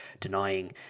denying